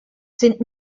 sind